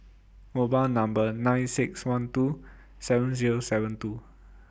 mobile Number nine six one two seven Zero seven two